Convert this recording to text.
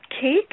Cake